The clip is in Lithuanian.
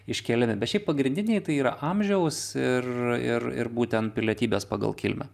iškeliami bet šiaip pagrindiniai tai yra amžiaus ir ir ir būtent pilietybės pagal kilmę